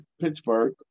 Pittsburgh